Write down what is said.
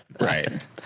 Right